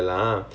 ya